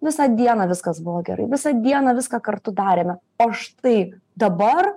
visą dieną viskas buvo gerai visą dieną viską kartu darėme o štai dabar